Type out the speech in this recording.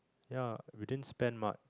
ya we didn't spend much